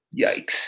yikes